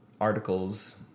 articles